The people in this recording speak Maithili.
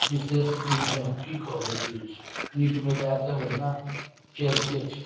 विशेष जे हइ से हम कि कहू जे हइ से नीक बेजाय तऽ ओहिना चलिते छै